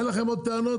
אין לכם עוד טענות?